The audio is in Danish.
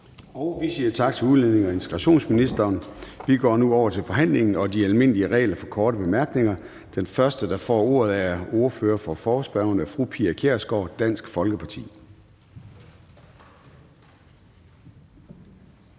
Vi siger tak til udlændinge- og integrationsministeren. Vi går nu over til forhandlingen og de almindelige regler for korte bemærkninger. Den første, der får ordet, er ordføreren for forespørgerne, fru Pia Kjærsgaard, Dansk Folkeparti.